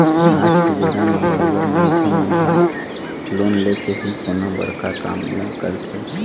आज के बेरा म बरोबर मनखे मन ह लोन लेके ही कोनो बड़का काम ल करथे